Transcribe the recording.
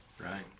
Right